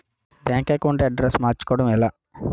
Bank account address మార్చుకోవడం ఎలా?